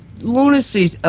lunacy